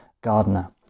Gardener